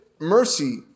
mercy